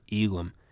Elam